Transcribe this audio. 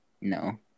No